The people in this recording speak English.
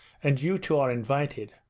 and you two are invited.